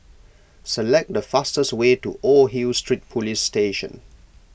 select the fastest way to Old Hill Street Police Station